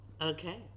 okay